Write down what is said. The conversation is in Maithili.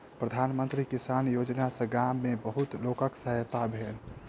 प्रधान मंत्री किसान योजना सॅ गाम में बहुत लोकक सहायता भेल